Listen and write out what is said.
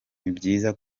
nibyiza